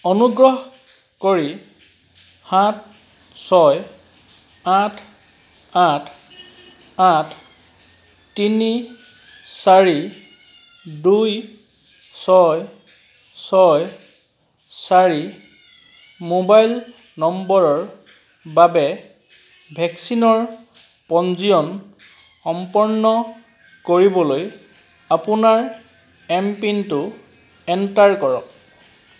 অনুগ্ৰহ কৰি সাত ছয় আঠ আঠ আঠ তিনি চাৰি দুই ছয় ছয় চাৰি মোবাইল নম্বৰৰ বাবে ভেকচিনৰ পঞ্জীয়ন সম্পূৰ্ণ কৰিবলৈ আপোনাৰ এমপিনটো এণ্টাৰ কৰক